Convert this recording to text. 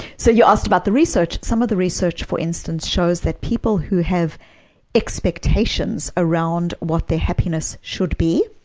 so you asked about the research some of the research, for instance, shows that people who have expectations around what their happiness should be,